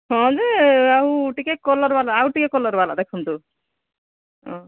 ହଁ ଯେ ଆଉ ଟିକେ କଲର୍ ବାଲା ଆଉ ଟିକେ କଲର୍ ବାଲା ଦେଖାନ୍ତୁ ହଁ